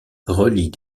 relie